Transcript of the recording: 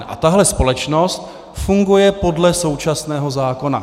A tahle společnost funguje podle současného zákona.